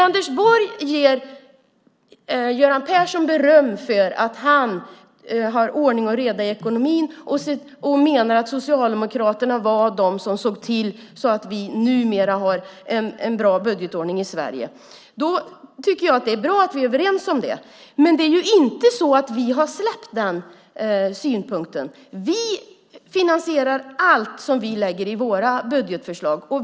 Anders Borg ger Göran Persson beröm för att han har ordning och reda i ekonomin och menar att Socialdemokraterna var de som såg till att vi numera har en bra budgetordning i Sverige. Det är bra att vi är överens om det. Men vi har inte släppt det synsättet. Vi finansierar allt som vi lägger fram i våra budgetförslag.